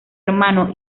hermano